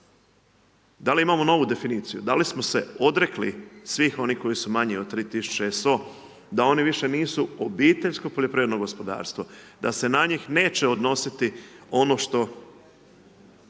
Da li imamo novu definiciju, da li smo se odrekli svih onih koji su manji od 32 tisuće SO da oni više nisu obiteljsko poljoprivredno gospodarstvo, da se na njih neće odnositi ono što